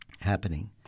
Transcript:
happening